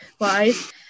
wise